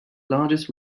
largest